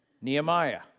Nehemiah